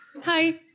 Hi